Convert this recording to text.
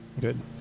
Good